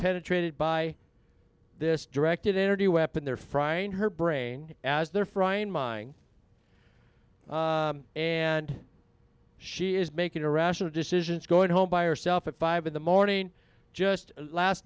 penetrated by this directed energy weapon they're frying her brain as they're frying mine and she is making a rational decisions going home by herself at five in the morning just last